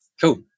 cool